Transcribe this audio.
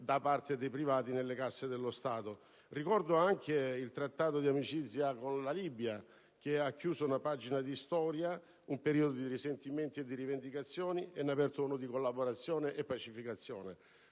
da parte dei privati nelle casse dello Stato. Vorrei richiamare qui anche il Trattato di amicizia con la Libia, che ha chiuso una pagina di storia, un periodo di risentimenti e di rivendicazioni, aprendone uno nuovo di collaborazione e pacificazione.